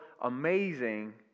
amazing